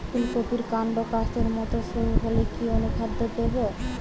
ফুলকপির কান্ড কাস্তের মত সরু হলে কি অনুখাদ্য দেবো?